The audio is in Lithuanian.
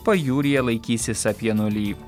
pajūryje laikysis apie nulį